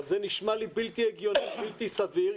זה נשמע לי בלתי הגיוני, בלתי סביר.